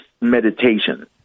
meditation